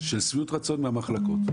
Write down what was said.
על שביעות רצון מהמחלקות.